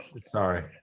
sorry